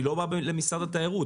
אני לא בא בטענות אל משרד התיירות,